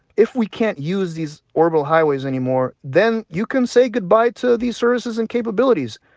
if we can't use these orbital highways anymore, then you can say goodbye to these services and capabilities.